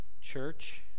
church